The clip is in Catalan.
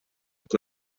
que